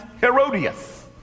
Herodias